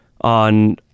on